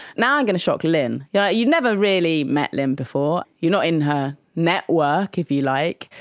now i'm going to shock lynne. yeah you've never really met lynne before, you're not in her network, if you like,